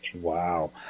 Wow